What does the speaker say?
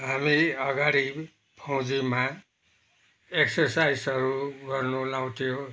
हामी अगाडि फौजीमा एक्सर्साइसहरू गर्नु लाउँथ्यो